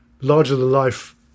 larger-than-life